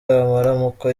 amaramuko